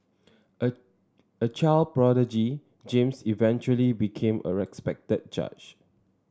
a a child prodigy James eventually became a respected judge